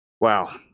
Wow